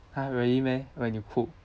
!huh! really meh when you cook